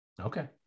Okay